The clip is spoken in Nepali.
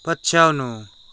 पछ्याउनु